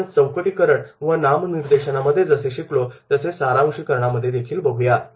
आपण चौकटीकरण व नामनिर्देशनमधे जसे शिकलो तसेच सारांशिकरण मध्ये बघूया